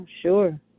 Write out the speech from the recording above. sure